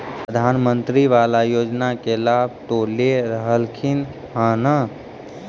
प्रधानमंत्री बाला योजना के लाभ तो ले रहल्खिन ह न?